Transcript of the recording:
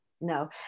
No